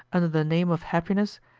under the name of happiness,